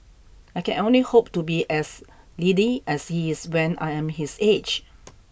I can only hope to be as lithe as he is when I am his age